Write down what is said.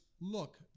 look